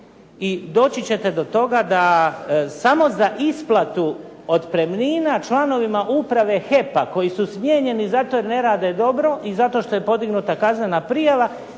i doći ćete do toga da samo za isplatu otpremnina članovima Uprave HEP-a, koji su smijenjeni zato jer ne rade dobro i zato što je podignuta kaznena prijava,